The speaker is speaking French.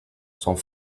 sont